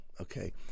Okay